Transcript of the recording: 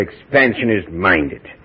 expansionist-minded